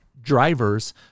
drivers